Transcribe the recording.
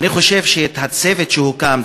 אני חושב שהצוות שהוקם,